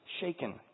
shaken